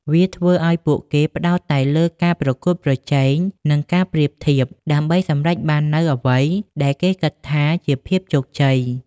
វាធ្វើឲ្យពួកគេផ្តោតតែលើការប្រកួតប្រជែង និងការប្រៀបធៀបដើម្បីសម្រេចបាននូវអ្វីដែលគេគិតថាជាភាពជោគជ័យ។